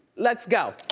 let's go.